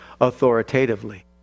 authoritatively